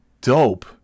dope